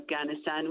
Afghanistan